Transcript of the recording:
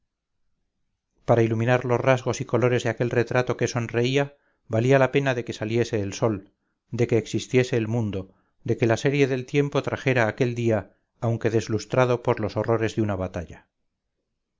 para iluminar los rasgos y colores de aquel retrato que sonreía valía la pena de que saliese el sol de que existiese el mundo de que la serie del tiempo trajera aquel día aunque deslustrado por los horrores de una batalla